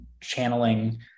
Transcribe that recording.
channeling